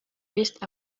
best